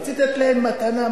רציתי לתת להם מתנה,